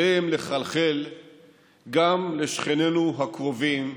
עליהם לחלחל גם לשכנינו הקרובים,